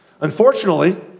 Unfortunately